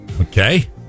Okay